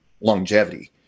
longevity